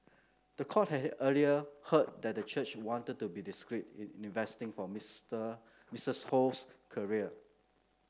the court had earlier heard that the church wanted to be discreet in investing for Mister Mistress Ho's career